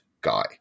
guy